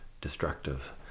destructive